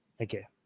Okay